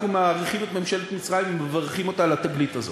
אנחנו מעריכים את ממשלת מצרים ומברכים אותה על התגלית הזאת.